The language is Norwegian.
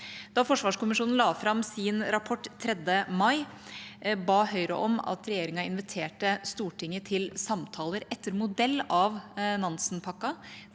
Da forsvarskommisjonen la fram sin rapport 3. mai, ba Høyre om at regjeringa inviterer Stortinget til samtaler, etter modell av Nansen-pakken,